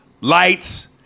Lights